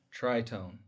Tritone